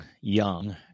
young